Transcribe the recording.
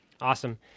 Awesome